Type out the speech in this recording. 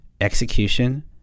execution